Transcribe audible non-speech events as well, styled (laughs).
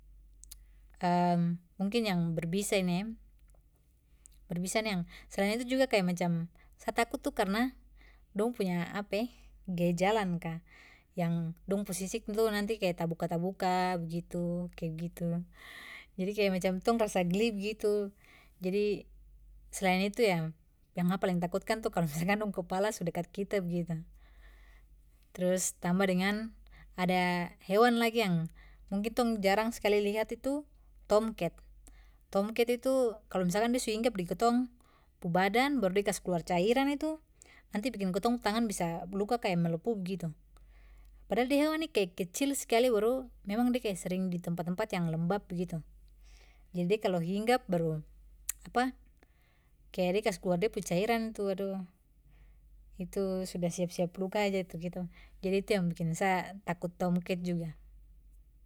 Mungkin yang berbisa ni e. Berbisa ni yang, selain itu juga kaya macam sa takut tu karena dong punya (hesitation) gaya jalan ka yang dong pu sisik tu nanti kaya tabuka-tabuka begitu, kayak gitu. Jadi kaya macam tong mcam rasa geli begitu. Jadi selain itu ya yang sa paling yang takutkan tu kalo (laughs) misalkan dong kepala su dekat kita begitu. Trus tamba dengan ada hewan lagi yang mungkin tong jarang skali lihat itu, tomcat. Tomcat itu kalau misalkan dia su hinggap di ketong pu badan baru da kasi keluar cairan itu nanti bikin ketong pu tangan bisa luka kaya melepu begitu. Padahal de hewan ni kaya kecil skali baru. Memang de kayak sering di tempat-tempat yang lembab begitu. Jadi de kalo hinggap baru (noise) (hesitation) kaya de kasi kluar de pu cairan tu, aduh, itu sudah, siap-siap luka aja itu gitu. Jadi itu yang bikin sa takut tomcat juga.